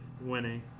winning